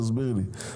תסבירו לי.